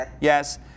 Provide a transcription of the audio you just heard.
Yes